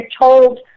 told